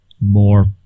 more